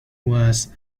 was